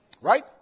Right